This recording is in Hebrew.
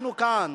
אנחנו כאן,